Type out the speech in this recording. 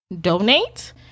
donate